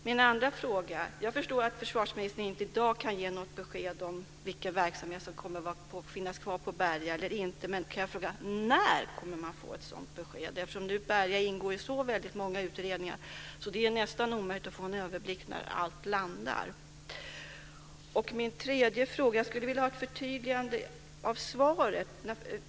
Min andra fråga är denna: Jag förstår att försvarsministern inte i dag kan ge något besked om vilken verksamhet som kommer att finnas kvar på Berga eller inte, men när kommer man att få ett sådant besked? Berga ingår ju i så väldigt många utredningar att det nästan är omöjligt att få en överblick över när allt landar. Min tredje fråga gäller att jag skulle vilja ha ett förtydligande av svaret.